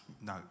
No